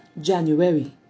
January